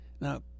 Now